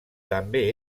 també